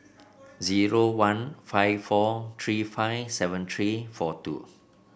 zero one five four three five seven three four two